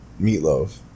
meatloaf